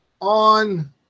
on